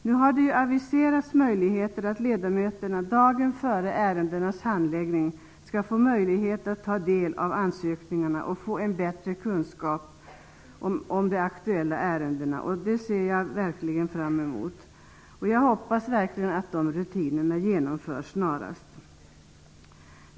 Nu har det aviserats möjligheter för ledamöterna att dagen före ärendenas handläggning få möjlighet att ta del av ansökningarna och få en bättre kunskap om de aktuella ärendena. Jag ser verkligen fram emot detta. Jag hoppas att de rutinerna genomförs snarast.